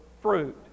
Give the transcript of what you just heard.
fruit